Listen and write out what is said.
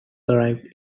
arrived